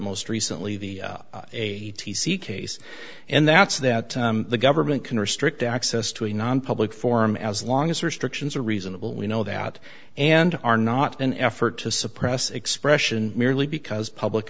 most recently the a t c case and that's that the government can restrict access to a nonpublic forum as long as restrictions are reasonable we know that and are not an effort to suppress expression merely because public